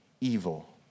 evil